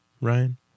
Ryan